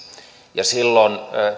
silloin